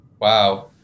Wow